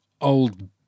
Old